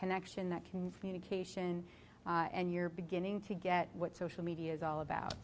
connection that can communicate and you're beginning to get what social media is all about